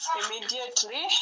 immediately